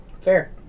Fair